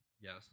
Yes